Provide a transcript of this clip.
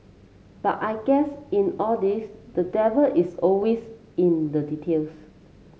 but I guess in all this the devil is always in the details